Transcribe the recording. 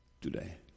today